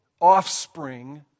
offspring